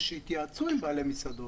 ושיתייעצו עם בעלי המסעדות.